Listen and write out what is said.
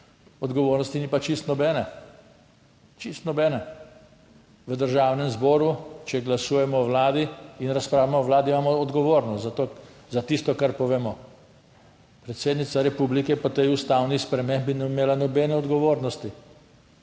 odgovornosti ni pa čisto nobene, čisto nobene. V Državnem zboru, če glasujemo o Vladi in razpravljamo o Vladi, imamo odgovornost za tisto, kar povemo, predsednica republike po tej ustavni spremembi ni imela nobene odgovornosti,